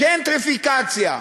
ג'נטריפיקציה: